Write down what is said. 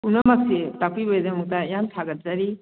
ꯄꯨꯝꯅꯃꯛꯁꯦ ꯇꯥꯛꯄꯤꯕꯒꯤꯗꯃꯛꯇ ꯌꯥꯝ ꯊꯥꯒꯠꯆꯔꯤ